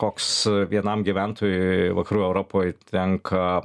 koks vienam gyventojui vakarų europoj tenka